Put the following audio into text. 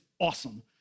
awesome